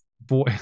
Boy